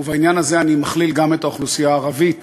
ובעניין הזה אני מכליל גם את האוכלוסייה הערבית